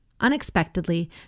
unexpectedly